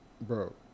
bro